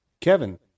Kevin